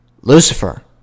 Lucifer